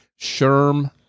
Sherm